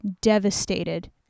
devastated